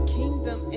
kingdom